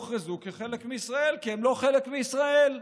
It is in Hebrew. כחלק מישראל, כי הם לא חלק מישראל.